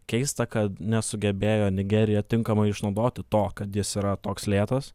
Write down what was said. keista kad nesugebėjo nigerija tinkamai išnaudoti to kad jis yra toks lėtas